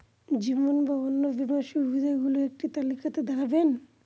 জীবন বা অন্ন বীমার সুবিধে গুলো একটি তালিকা তে দেখাবেন?